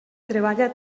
treballa